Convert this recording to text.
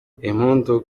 impundu